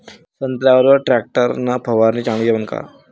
संत्र्यावर वर टॅक्टर न फवारनी चांगली जमन का?